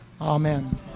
Amen